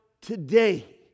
today